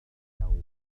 اليوم